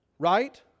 Right